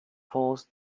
forced